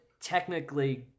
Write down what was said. technically